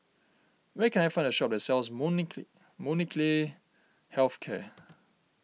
where can I find a shop that sells Molnylcke Health Care